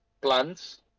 plants